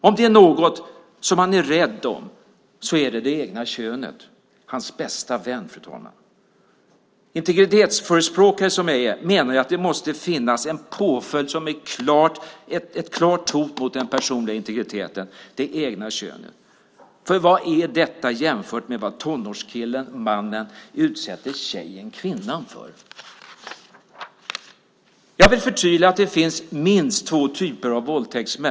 Om det är något som han är rädd om är det det egna könet - hans bästa vän, fru talman. Integritetsförespråkare som jag är menar jag att det måste finnas en påföljd som är ett klart hot mot den personliga integriteten - det egna könet. För vad är detta jämfört med vad tonårskillen eller mannen utsätter tjejen eller kvinnan för? Jag vill förtydliga att det finns minst två typer av våldtäktsmän.